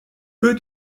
peu